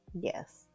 Yes